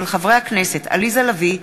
של חברי הכנסת עליזה לביא,